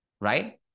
right